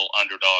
underdog